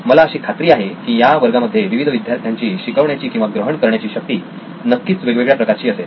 मला अशी खात्री आहे की या वर्गामध्ये विविध विद्यार्थ्यांची शिकण्याची किंवा ग्रहण करण्याची शक्ती नक्कीच वेगवेगळ्या प्रकारची असेल